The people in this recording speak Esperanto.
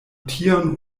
tion